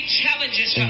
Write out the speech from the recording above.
challenges